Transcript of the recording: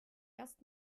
erst